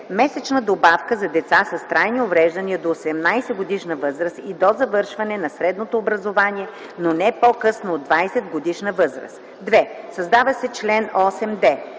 2. Създава се чл. 8д: